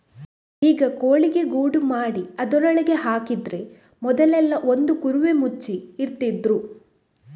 ಈಗ ಕೋಳಿಗೆ ಗೂಡು ಮಾಡಿ ಅದ್ರೊಳಗೆ ಹಾಕಿದ್ರೆ ಮೊದ್ಲೆಲ್ಲಾ ಒಂದು ಕುರುವೆ ಮುಚ್ಚಿ ಇಡ್ತಿದ್ರು